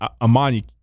Amani